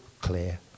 clear